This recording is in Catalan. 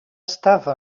estava